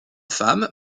femmes